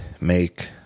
make